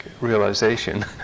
realization